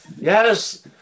Yes